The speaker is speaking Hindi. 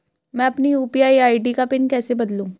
मैं अपनी यू.पी.आई आई.डी का पिन कैसे बदलूं?